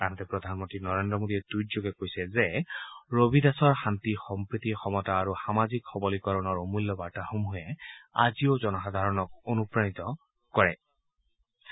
আনহাতে প্ৰধানমন্ত্ৰী নৰেদ্ৰ মোদীয়ে টুইটযোগে কৈছে যে ৰবিদাসৰ শান্তি সম্প্ৰীতি সমতা আৰু সামাজিক সৱলীকৰণৰ অমূল্য বাৰ্তাসমূহে আজিও জনসাধাৰণক অনুপ্ৰণিত কৰি আহিছে